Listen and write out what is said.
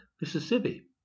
mississippi